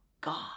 God